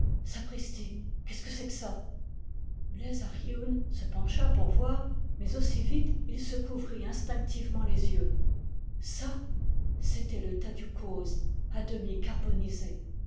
d'épouvante sapristi qu'est-ce que c'est que ça bleiz ar yeun se pencha pour voir mais aussi vite il se couvrit instinctivement les yeux ça c'était le tadiou coz à demi carbonisé